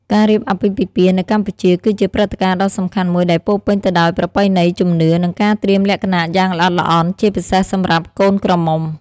ការរៀបអាពាហ៍ពិពាហ៍នៅកម្ពុជា គឺជាព្រឹត្តិការណ៍ដ៏សំខាន់មួយដែលពោរពេញទៅដោយប្រពៃណី ជំនឿ និងការត្រៀមលក្ខណៈយ៉ាងល្អិតល្អន់ ជាពិសេសសម្រាប់កូនក្រមុំ ។